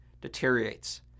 deteriorates